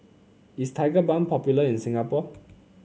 is Tigerbalm popular in Singapore